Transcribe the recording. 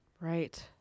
Right